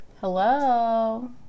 Hello